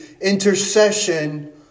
intercession